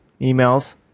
emails